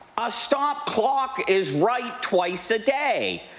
a stop clock is right twice a day.